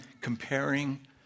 comparing